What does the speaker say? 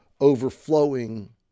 overflowing